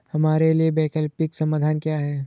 हमारे लिए वैकल्पिक समाधान क्या है?